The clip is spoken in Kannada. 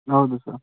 ಹೌದು ಸರ್